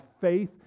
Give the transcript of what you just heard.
faith